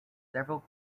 several